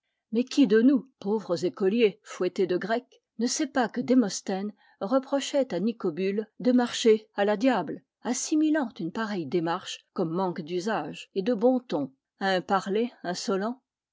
mais qui de nous pauvres écoliers fouettés de grec ne sait pas que démosthènes reprochait à nicobule de marcher à la diable assimilant une pareille démarche comme manque d'usage et de bon ton à un parler insolent